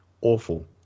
awful